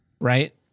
Right